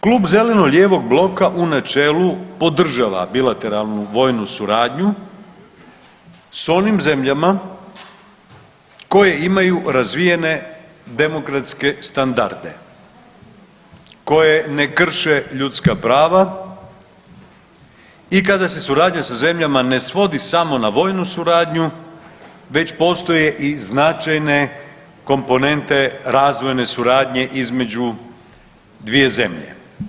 Klub zeleno-lijevog bloka u načelu podržava bilateralnu vojnu suradnju s onim zemljama koje imaju razvijene demokratske standarde koje ne krše ljudska prava i kada se suradnja sa zemljama ne svodi samo na vojnu suradnju već postoje i značajne komponente razvojne suradnje između dvije zemlje.